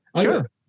Sure